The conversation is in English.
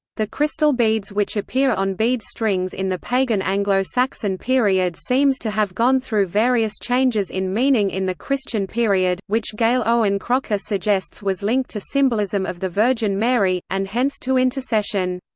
the crystal beads which appear on bead strings in the pagan anglo-saxon period seems to have gone through various changes in meaning in the christian period, which gale owen-crocker suggests was linked to symbolism of the virgin mary, and hence to intercession.